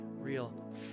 real